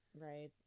Right